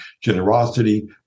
generosity